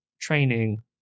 training